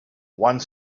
one